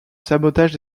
sabotage